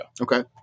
Okay